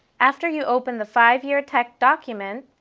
after you open the five year tech document,